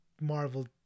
Marvel